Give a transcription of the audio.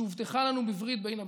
שהובטחה לנו בברית בין הבתרים.